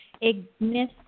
Ignis